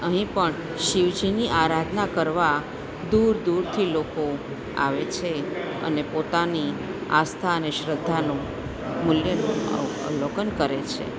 અહીં પણ શિવજીની આરાધના કરવા દૂર દૂરથી લોકો આવે છે અને પોતાની આસ્થા અને શ્રદ્ધાનું મૂલ્ય અવલોકન કરે છે